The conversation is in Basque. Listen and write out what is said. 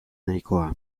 nahikoa